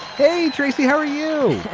hey tracy how are you.